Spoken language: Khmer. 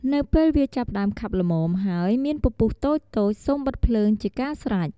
នៅពេលវាចាប់ផ្ដើមខាប់ល្មម ហើយមានពពុះតូចៗ សូមបិទភ្លើងជាការស្រេច។